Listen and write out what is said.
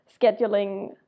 scheduling